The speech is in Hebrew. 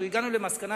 הגענו למסקנה,